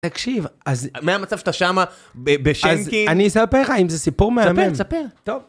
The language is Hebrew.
תקשיב, אז... מהמצב שאתה שמה בשיינקין... אני אספר לך אם זה סיפור מהמם. תספר, תספר. טוב